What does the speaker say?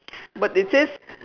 but it says